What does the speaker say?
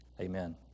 Amen